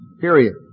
period